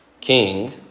king